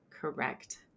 correct